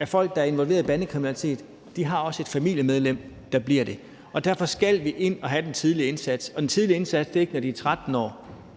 af folk, der er involveret i bandekriminalitet, der har et familiemedlem, der også bliver det. Derfor skal vi ind og have den tidlige indsats, og den tidlige indsats er ikke, når de er 13 år;